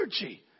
energy